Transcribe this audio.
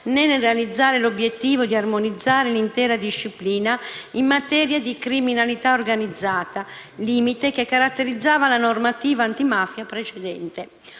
né nel realizzare l'obiettivo di armonizzare l'intera disciplina in materia di criminalità organizzata, limite che caratterizzava la normativa antimafia precedente.